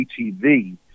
ATV